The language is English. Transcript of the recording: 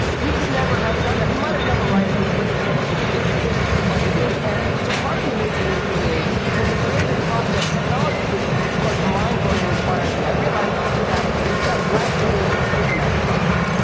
we could never have done that. we might have been able to write it we wouldn't have been able to depict it like we did. and so part of the amazing thing for me is in the creative process, technology is like mind-blowingly inspiring to me. i realize that that that blank page is a magic box,